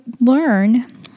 learn